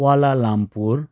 Kuala Lumpur